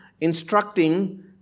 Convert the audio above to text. instructing